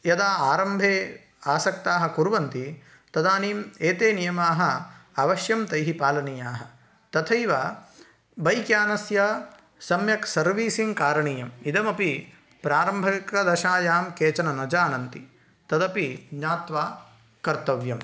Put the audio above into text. यदा आरम्भे आसक्ताः कुर्वन्ति तदानीम् एते नियमाः अवश्यं तैः पालनीयाः तथैव बैक्यानस्य सम्यक् सर्वीसिङ्ग् करणीयम् इदमपि प्रारम्भिकदशायां केचन न जानन्ति तदपि ज्ञात्वा कर्तव्यम्